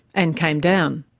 and came down.